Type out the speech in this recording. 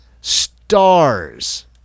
stars